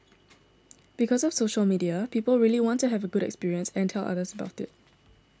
because of social media people really want to have a good experience and tell others about it